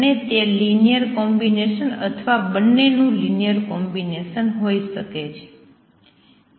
અથવા તે linear combination અથવા બંનેનું લીનયર કોમ્બિનેસન હોઈ શકે છે